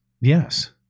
yes